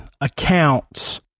accounts